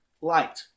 light